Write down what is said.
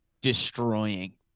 destroying